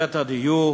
קבינט הדיור